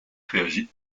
réagit